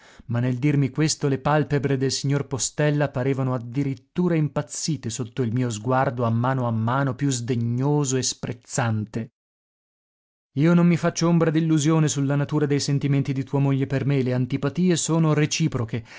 ma nel dirmi questo le palpebre del signor postella parevano addirittura impazzite sotto il mio sguardo a mano a mano più sdegnoso e sprezzante io non mi faccio ombra d'illusione su la natura dei sentimenti di tua moglie per me le antipatie sono reciproche